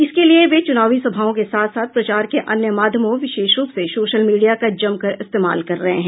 इसके लिए वे चुनावी सभाओं के साथ साथ प्रचार के अन्य माध्यमों विशेष रूप से सोशल मीडिया का जमकर इस्तेमाल कर रहे हैं